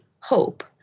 hope